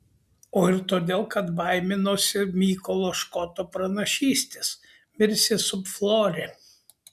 o ir todėl kad baiminosi mykolo škoto pranašystės mirsi sub flore